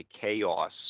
chaos